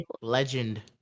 legend